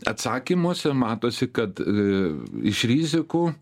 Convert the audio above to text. atsakymuose matosi kad aaa iš rizikų